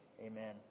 Amen